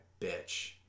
bitch